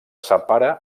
separa